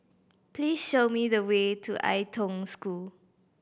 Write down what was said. please show me the way to Ai Tong School